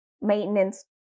maintenance